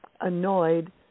annoyed